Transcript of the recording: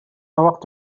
وقت